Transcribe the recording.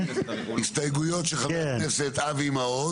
ההסתייגויות של חבר הכנסת אבי מעוז.